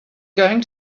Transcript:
going